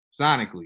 sonically